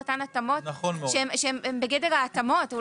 התאמות שהן בגדר ההתאמות.